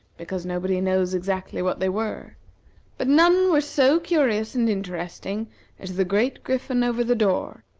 because nobody knows exactly what they were but none were so curious and interesting as the great griffin over the door,